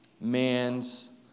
man's